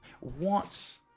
wants